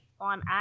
on